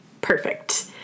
perfect